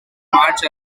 march